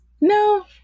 no